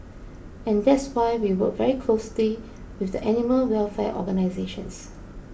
and that's why we work very closely with the animal welfare organisations